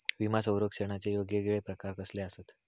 विमा सौरक्षणाचे येगयेगळे प्रकार कसले आसत?